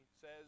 says